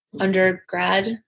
undergrad